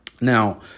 Now